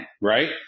Right